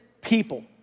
people